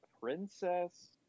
princess